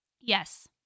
Yes